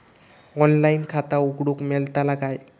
Online खाता उघडूक मेलतला काय?